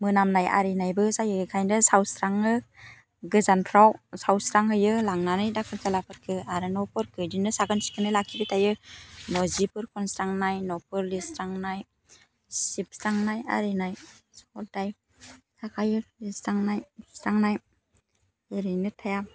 मोनामनाय आरिनायबो जायो एखायनो सावस्राङो गोजानफ्राव सावस्रांहैयो लांनानै दाखोर दालाफोरखौ आरो न'फोरखो बिदिनो साखोन सिखोनै लाखिबाय थायो न' जिफोर खनस्रांनाय न'फोर लिरस्रांनाय सिबस्रांनाय आरिनाय हध्धाय थाखायो लिरस्रांनाय लोबस्रांनाय ओरैनो थाया